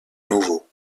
nouveau